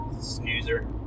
Snoozer